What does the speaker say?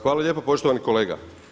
Hvala lijepo poštovani kolega.